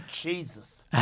Jesus